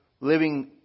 living